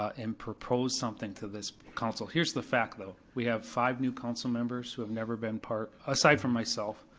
and propose something to this council? here's the fact though, we have five new council members who have never been part, aside from myself,